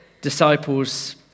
disciples